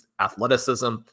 athleticism